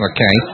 Okay